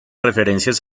referencias